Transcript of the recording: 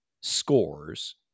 scores